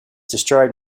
destroyed